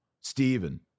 Stephen